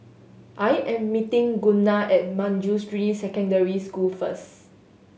I am meeting Gunnar at Manjusri Secondary School first